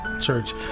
Church